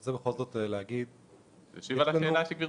זה משיב לשאלה של גבירתי?